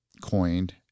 coined